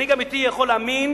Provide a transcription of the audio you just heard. מנהיג אמיתי יכול להאמין